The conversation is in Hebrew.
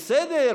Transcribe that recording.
בסדר,